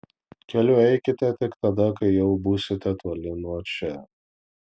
keliu eikite tik tada kai jau būsite toli nuo čia